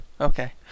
Okay